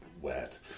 wet